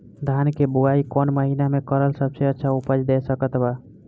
धान के बुआई कौन महीना मे करल सबसे अच्छा उपज दे सकत बा?